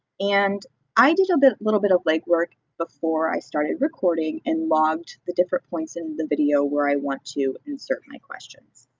and i did a little bit of legwork before i started recording and logged the different points in the video where i want to insert my questions.